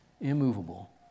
immovable